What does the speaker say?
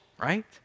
right